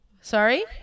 sorry